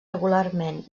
regularment